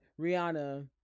Rihanna